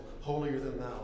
holier-than-thou